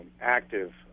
active